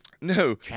No